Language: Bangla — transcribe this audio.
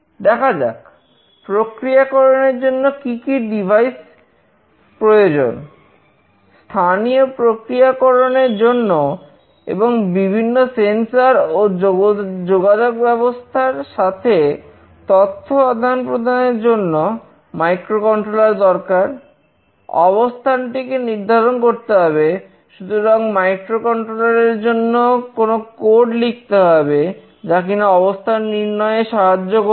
দেখা যাক প্রক্রিয়াকরণের জন্য কি কি ডিভাইস লিখতে হবে যা কিনা অবস্থান নির্ণয় সাহায্য করবে